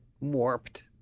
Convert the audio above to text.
warped